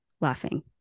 laughing